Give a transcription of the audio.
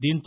దీంతో